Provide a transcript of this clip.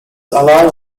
allows